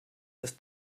erst